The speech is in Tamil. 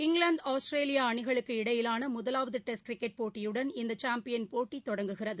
இங்கிலாந்து ஆஸ்திரேலியாஅணிகளுக்கு இடையிலானமுதலாவதடெஸ்ட் கிரிக்கெட் போட்டியுடன் இந்தசாம்பியன் போட்டிதொடங்குகிறது